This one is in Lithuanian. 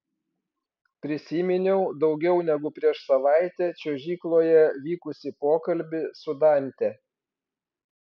prisiminiau daugiau negu prieš savaitę čiuožykloje vykusį pokalbį su dante